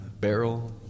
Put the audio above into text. barrel